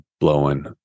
blowing